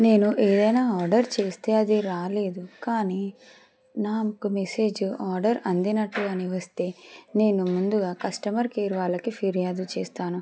నేను ఏదైనా ఆర్డర్ చేస్తే అది రాలేదు కానీ నాకు మెసేజ్ ఆర్డర్ అందినట్టు అని వస్తే నేను ముందుగా కస్టమర్ కేర్ వాళ్ళకి ఫిర్యాదు చేస్తాను